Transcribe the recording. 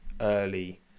early